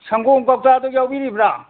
ꯁꯪꯒꯣꯝ ꯀꯧꯇꯥꯗꯨ ꯌꯥꯎꯕꯤꯔꯤꯕ꯭ꯔꯥ